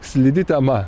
slidi tema